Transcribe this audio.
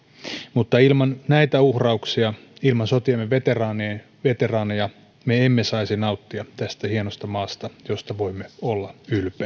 mutta ilman näitä uhrauksia ilman sotiemme veteraaneja me emme saisi nauttia tästä hienosta maasta josta voimme olla ylpeitä